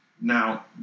Now